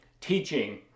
teaching